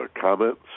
comments